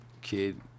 kid